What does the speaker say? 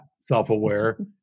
self-aware